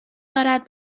دارد